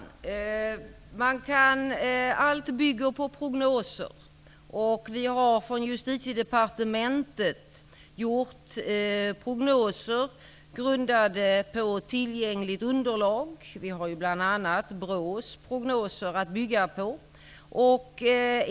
Fru talman! Allt bygger på prognoser. Från Justitiedepartementet har vi gjort prognoser grundade på tillgängligt underlag. Vi har bl.a. BRÅ:s prognoser att bygga på.